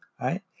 right